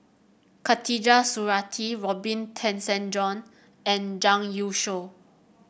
Khatijah Surattee Robin Tessensohn and Zhang Youshuo